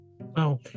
Wow